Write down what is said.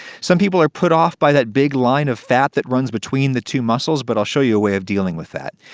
some people are are put-off by that big line of fat that runs between the two muscles, but i'll show you a way of dealing with that.